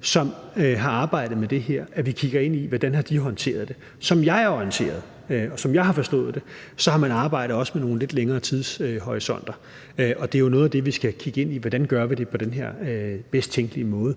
som har arbejdet med det her, at vi kigger ind i, hvordan de har håndteret det her. Som jeg er orienteret, og som jeg har forstået det, har man også arbejdet med nogle lidt længere tidshorisonter, og det er jo noget af det, vi skal kigge ind i: Hvordan gør vi det her på den bedst tænkelige måde,